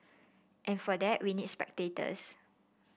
and for that we need spectators